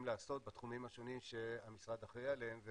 לעשות בתחומים השונים שהמשרד אחראי עליהם.